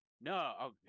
No